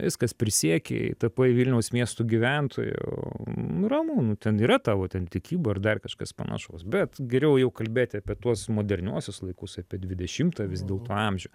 viskas prisiekei tapai vilniaus miesto gyventoju nu ramu nu ten yra tavo ten tikyba ar dar kažkas panašaus bet geriau jau kalbėti apie tuos moderniuosius laikus apie dvidešimtą vis dėlto amžių